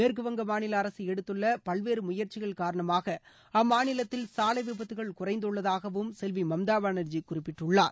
மேற்குவங்க மாநில அரசு எடுத்துள்ள பல்வேறு முயற்சிகள் காரணமாக அம்மாநிலத்தில் சாலை விபத்துகள் குறைந்துள்ளதாகவும் செல்வி மம்தா பானர்ஜி குறிப்பிட்டுள்ளார்